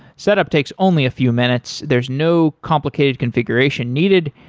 setup takes only a few minutes. there's no complicated configuration needed.